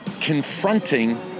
confronting